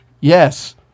Yes